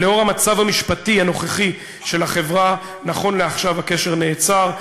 לנוכח המצב המשפטי הנוכחי של החברה נכון לעכשיו הקשר נעצר,